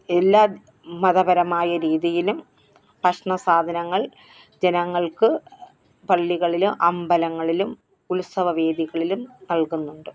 എല്ലാ മതപരമായ രീതിയിലും ഭക്ഷണ സാധനങ്ങൾ ജനങ്ങൾക്ക് പള്ളികളിൽ അമ്പലങ്ങളിലും ഉത്സവവേദികളിലും നൽകുന്നുണ്ട്